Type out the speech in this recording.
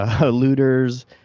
looters